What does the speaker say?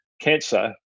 cancer